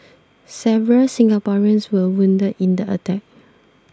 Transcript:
several Singaporeans were wounded in the attack